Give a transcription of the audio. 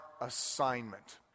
assignment